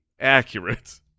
accurate